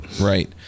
Right